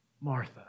Martha